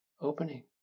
opening